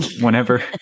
whenever